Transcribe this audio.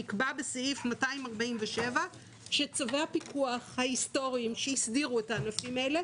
נקבע בסעיף 247 שצווי הפיקוח ההיסטוריים שהסדירו את הענפים האלה